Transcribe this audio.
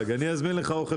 תודה רבה, הישיבה נעולה.